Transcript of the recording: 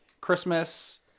Christmas